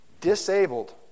disabled